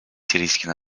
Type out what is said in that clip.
сирийский